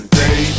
day